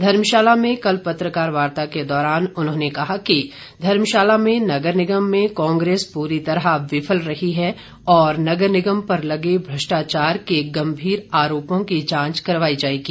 धर्मशाला में कल पत्रकार वार्ता के दौरान उन्होंने कहा कि धर्मशाला में नगर निगम में कांग्रेस पूरी तरह विफल रही है और नगर निगम पर लगे भ्रष्टाचार के गंभीर आरोपों की जांच करवाई जाएगी